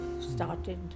started